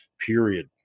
Period